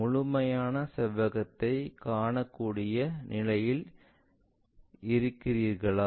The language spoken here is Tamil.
முழுமையான செவ்வகத்தைக் காணக்கூடிய நிலையில் இருக்கிறீர்களா